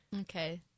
Okay